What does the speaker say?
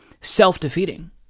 self-defeating